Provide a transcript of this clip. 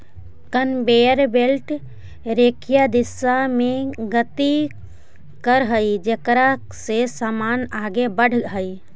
conveyor belt रेखीय दिशा में गति करऽ हई जेकरा से समान आगे बढ़ऽ हई